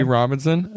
Robinson